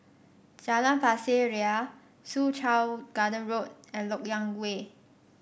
Jalan Pasir Ria Soo Chow Garden Road and LoK Yang Way